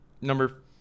Number